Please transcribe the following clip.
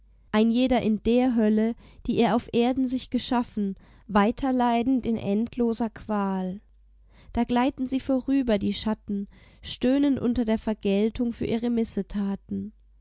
ein jeder in der hölle die er auf erden sich geschaffen weiterleidend in endloser qual da gleiten sie vorüber die schatten stöhnend unter der vergeltung für ihre missetaten